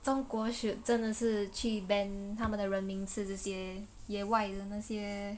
中国 should 真的是去 ban 他们的人民吃这些野外的那些